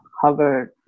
Harvard